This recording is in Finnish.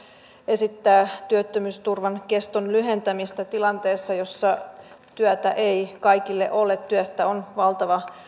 esittää työttömyysturvan keston lyhentämistä tilanteessa jossa työtä ei kaikille ole jossa työstä on valtava